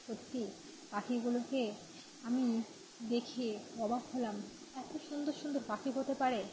সত্যি পাখিগুলোকে আমি দেখে অবাক হলাম এত সুন্দর সুন্দর পাখি হতে পারে